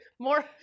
More